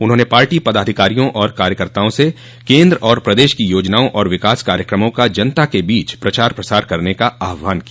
उन्होंने पार्टो पदाधिकारियों और कार्यकर्ताओं से केन्द्र और प्रदेश की योजनाओं और विकास कार्यक्रमों का जनता के बीच प्रचार प्रसार करने का आह्वान किया